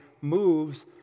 moves